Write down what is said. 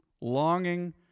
longing